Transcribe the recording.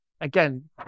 Again